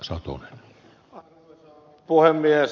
arvoisa puhemies